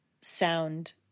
sound